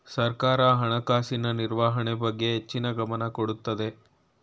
ಸರ್ಕಾರ ಹಣಕಾಸಿನ ನಿರ್ವಹಣೆ ಬಗ್ಗೆ ಹೆಚ್ಚಿನ ಗಮನ ಕೊಡುತ್ತದೆ